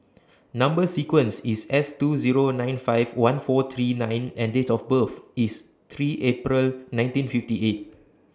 Number sequence IS S two Zero nine five one four three nine N and Date of birth IS three April nineteen fifty eight